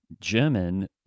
German